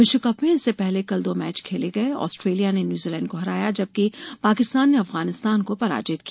विश्व कप में इससे पहले कल दो मैच खेले गए आस्ट्रेलिया ने न्यूजीलैंड को हराया जबकि पाकिस्तान ने अफगानिस्तान को पराजित किया